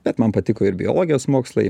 bet man patiko ir biologijos mokslai